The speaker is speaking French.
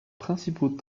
principaux